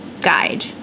guide